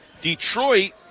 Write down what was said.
Detroit